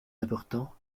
important